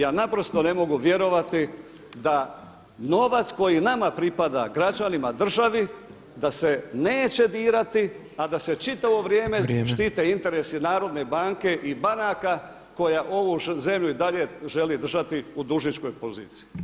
Ja naprosto ne mogu vjerovati da novac koji nama pripada, građanima, državi da se neće dirati a da se čitavo vrijeme štite interesi Narodne banke i banaka koja ovu zemlju i dalje želi držati u dužničkoj poziciji.